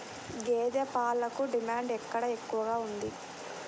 గేదె పాలకు డిమాండ్ ఎక్కడ ఎక్కువగా ఉంది?